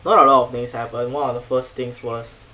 not a lot of things happened one of the first things was